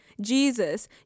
Jesus